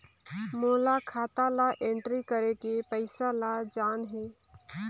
मोला खाता ला एंट्री करेके पइसा ला जान हे?